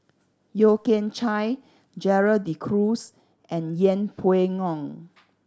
Yeo Kian Chye Gerald De Cruz and Yeng Pway Ngon